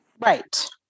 right